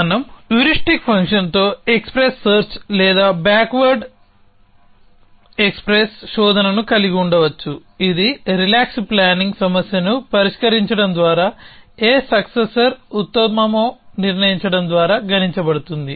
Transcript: మనం హ్యూరిస్టిక్ ఫంక్షన్తో express search లేదా బ్యాక్వర్డ్ ఎక్స్ప్రెస్ శోధనను కలిగి ఉండవచ్చు ఇది రిలాక్స్ ప్లానింగ్ సమస్యను పరిష్కరించడం ద్వారా ఏ సక్సెసోర్ ఉత్తమమో నిర్ణయించడం ద్వారా గణించబడుతుంది